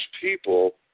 people